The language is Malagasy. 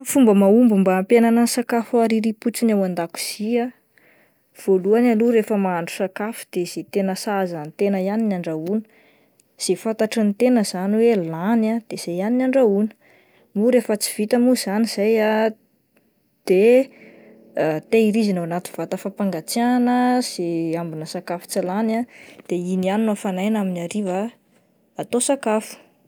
Fomba mahomby mba ampihenana sakafo aririam-potsiny ao an-dakozia voalohany aloha rehefa sakafo de izay tena sahaza an'ny tena ihany no andrahoana, zay fatatriny tena izany hoe lany ah de izay ihany no andrahoana moa rehefa tsy vita mo izany izay ah de tehirizina ao anaty vata fampangatsiahina ze ambona sakafo tsy lany ah de iny ihany no afanaina amin'ny hariva atao sakafo.